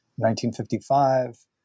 1955